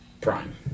Prime